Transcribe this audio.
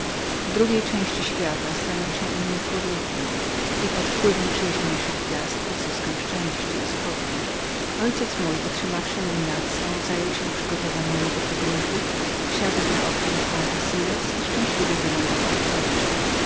w drugiej części świata stanę się innym człowiekiem i pod wpływem przyjaźniejszych gwiazd odzyskam szczęście i spokój mój ojciec otrzymawszy nominacyą zajął się przygotowaniami do podróży wsiadł na okręt w algesiras i szczęśliwie wylądował w ceucie